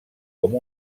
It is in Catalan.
com